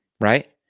right